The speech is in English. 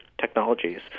technologies